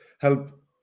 help